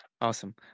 Awesome